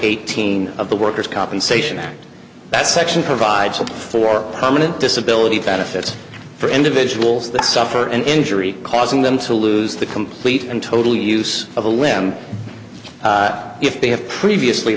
eighteen of the worker's compensation act that section provides for permanent disability benefits for individuals that suffer an injury causing them to lose the complete and total use of a limb if they have previously